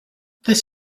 this